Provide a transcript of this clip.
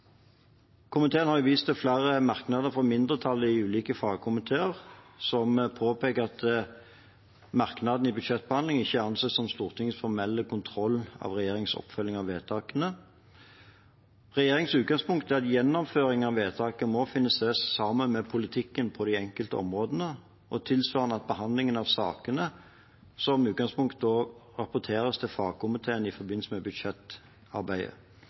Komiteen har vist til flere merknader fra mindretallet i ulike fagkomiteer som påpeker at merknadene i budsjettbehandlingen ikke anses som Stortingets formelle kontroll av regjeringens oppfølging av vedtakene. Regjeringens utgangspunkt er at gjennomføring av vedtaket må finne sted sammen med politikken på de enkelte områdene, og tilsvarende at behandlingen av sakene som utgangspunkt rapporteres til fagkomiteen i forbindelse med budsjettarbeidet.